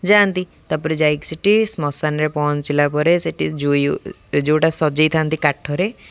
ଯାଆନ୍ତି ତା'ପରେ ଯାଇକି ସେଠି ଶ୍ମଶାନରେ ପହଞ୍ଚିଲା ପରେ ସେଠି ଯେଉଁଟା ସଜାଇଥାନ୍ତି କାଠରେ